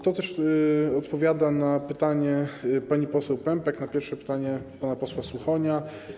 To też jest odpowiedź na pytanie pani poseł Pępek i na pierwsze pytanie pana posła Suchonia.